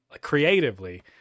creatively